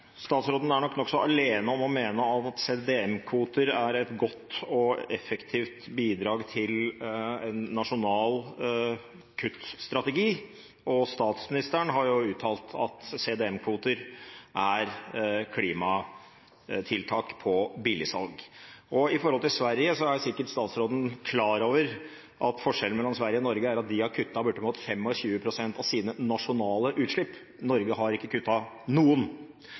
Statsråden er nok nokså alene om å mene at CDM-kvoter er et godt og effektivt bidrag til en nasjonal kuttstrategi. Statsministeren har jo uttalt at CDM-kvoter er klimatiltak på billigsalg. Når det gjelder Sverige, er statsråden sikkert klar over at forskjellen mellom Sverige og Norge er at Sverige har kuttet bortimot 25 pst. av sine nasjonale utslipp. Norge har ikke